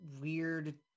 weird